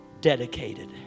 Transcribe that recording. dedicated